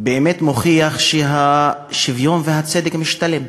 באמת מוכיח שהשוויון והצדק משתלמים.